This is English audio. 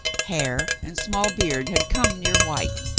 hair and small beard had come near white,